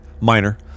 minor